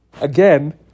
again